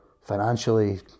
financially